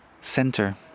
center